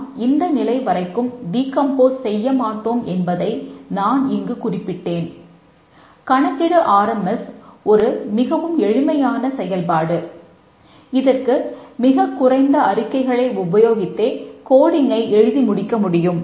நாம் இந்த நிலை வரைக்கும் டீகம்போஸ் எழுதி முடிக்க முடியும்